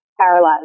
paralyzed